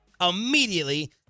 immediately